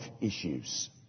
issues